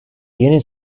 yeni